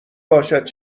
باشد